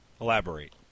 Elaborate